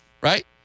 right